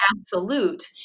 absolute